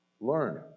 learn